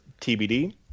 TBD